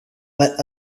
while